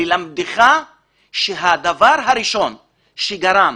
ללמדך שהדבר הראשון שגרם